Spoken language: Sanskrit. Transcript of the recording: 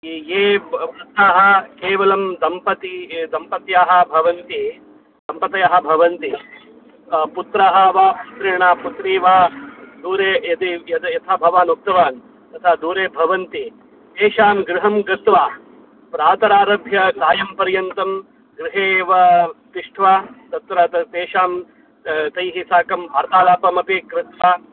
ये ये वृद्धाः केवलं दम्पती दम्पत्याः भवन्ति दम्पतयः भवन्ति पुत्राः वा पुत्रेण पुत्री वा दूरे यदि यथा भवान् उक्तवान् तथा दूरे भवन्ति तेषां गृहं गत्वा प्रातरारभ्य सायं पर्यन्तं गृहे एव तिष्ठ्वा तत्र तेषां तैः साकं वार्तालापमपि कृत्वा